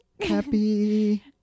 Happy